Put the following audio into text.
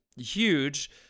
huge